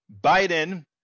Biden